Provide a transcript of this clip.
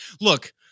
Look